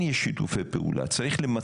שאנחנו צריכים לטפל בו,